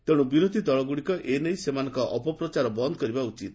ତେଣୁ ବିରୋଧ୍ ଦଳଗୁଡ଼ିକ ଏ ନେଇ ସେମାନଙ୍କର ଅପପ୍ରଚାର ବନ୍ଦ୍ କରିବା ଉଚିତ